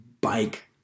bike